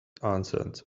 answered